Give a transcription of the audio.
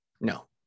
No